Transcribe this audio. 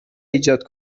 ایجاد